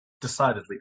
decidedly